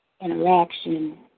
interaction